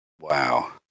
wow